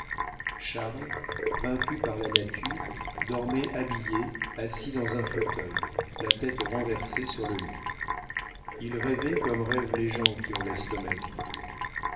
charles vaincu par la nature dormait habillé assis dans un fauteuil la tête renversée sur le lit il rêvait comme rêvent les gens qui ont l'estomac vide